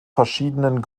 verschiedenen